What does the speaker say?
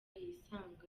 yisanga